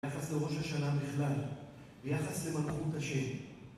ביחס לראש השנה בכלל, ביחס למלאכות השם.